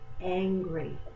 angry